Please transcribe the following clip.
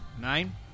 Nine